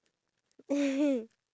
short hair ah